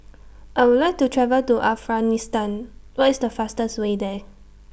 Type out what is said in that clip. I Would like to travel to Afghanistan What IS The fastest Way There